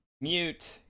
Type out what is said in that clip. Mute